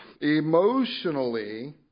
emotionally